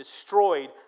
destroyed